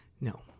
No